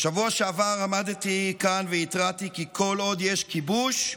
בשבוע שעבר עמדתי כאן והתרעתי כי כל עוד יש כיבוש,